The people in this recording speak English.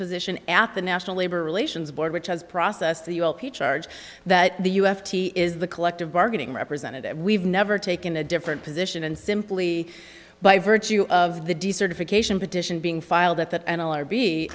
position at the national labor relations board which as process the all ph arge that the u f c is the collective bargaining representative we've never taken a different position and simply by virtue of the decertification petition being filed at that and